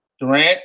Durant